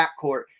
backcourt